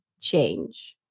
change